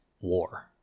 war